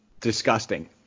disgusting